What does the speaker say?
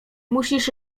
musisz